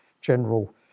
general